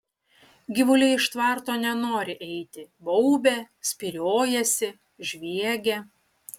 gyvuliai iš tvarto nenori eiti baubia spyriojasi žviegia